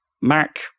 Mac